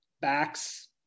backs